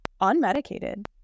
unmedicated